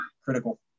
critical